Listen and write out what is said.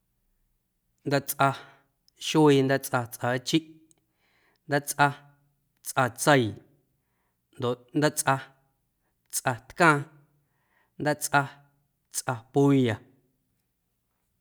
Ndaatsꞌa xuee ndaatsꞌa tsꞌaachi, ndaatsꞌa tsꞌatseii ndoꞌ ndaatsꞌa tsꞌatcaaⁿ, ndaatsꞌa tsꞌa pulla.